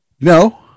No